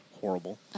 horrible